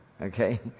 Okay